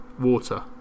water